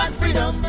freedom